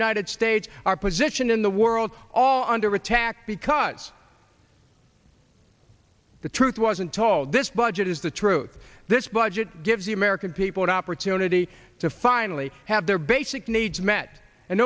united states our position in the world all under attack because the truth wasn't tall this budget is the truth this budget gives the american people the opportunity to finally have their basic needs met and